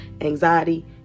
anxiety